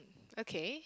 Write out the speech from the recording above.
okay